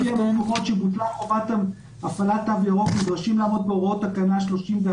שבוטלה חובת הפעלת תו ירוק נדרשים לעמוד בהוראות תקנה 34,